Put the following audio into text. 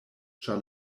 ĉar